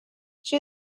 she